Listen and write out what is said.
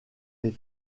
les